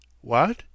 What